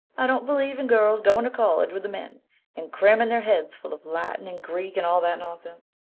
i don't believe in girls going to college with the men and cramming their heads full of latin and greek and all that nonsense.